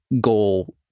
goal